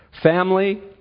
family